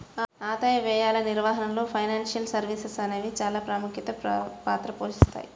ఆదాయ వ్యయాల నిర్వహణలో ఫైనాన్షియల్ సర్వీసెస్ అనేవి చానా ముఖ్య పాత్ర పోషిత్తాయి